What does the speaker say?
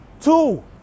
two